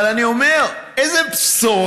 אבל אני אומר: איזו בשורה,